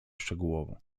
szczegółowo